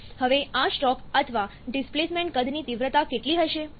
હવે આ સ્ટ્રોક અથવા ડિસ્પ્લેસમેન્ટ કદની તીવ્રતા કેટલી હશે